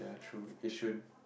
that's true Yishun